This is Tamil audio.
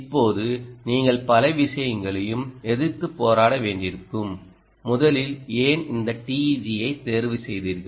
இப்போது நீங்கள் பல விஷயங்களையும் எதிர்த்துப் போராட வேண்டியிருக்கும் முதலில் ஏன் இந்த TEG ஐதேர்வு செய்தீர்கள்